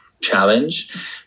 challenge